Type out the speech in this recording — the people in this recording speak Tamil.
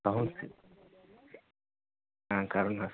நான் கருணாஸ்